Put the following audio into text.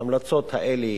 ההמלצות האלה,